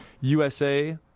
USA